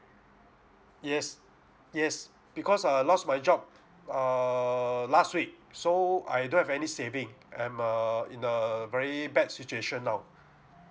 yes yes because I lost my job err last week so I don't have any saving I'm err in a very bad situation now